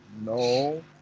No